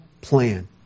plan